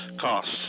costs